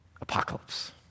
Apocalypse